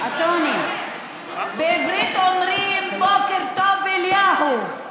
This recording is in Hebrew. בעברית אומרים, בוקר טוב, אליהו.